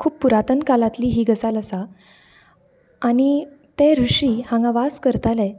खूब पुरातन कालांतली ही गजाल आसा आनी ते रुशी हांगा वास करताले